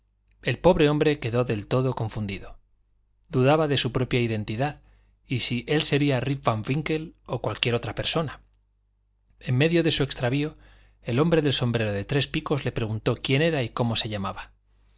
el pobre hombre quedó del todo confundido dudaba de su propia identidad y si sería él rip van winkle o cualquier otra persona en medio de su extravío el hombre del sombrero de tres picos le preguntó quién era y cómo se llamaba